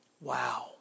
Wow